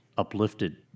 uplifted